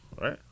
right